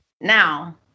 Now